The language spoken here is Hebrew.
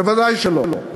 בוודאי שלא.